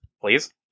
Please